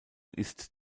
ist